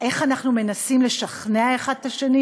איך אנחנו מנסים לשכנע זה את זה?